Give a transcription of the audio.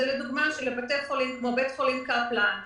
הוא שבית חולים קפלן,